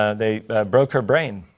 ah they broke her brain.